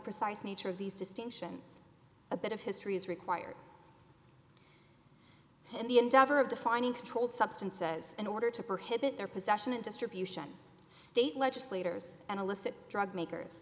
precise nature of these distinctions a bit of history is required and the endeavor of defining controlled substances in order to prohibit their possession and distribution state legislators and illicit drug makers